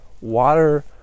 water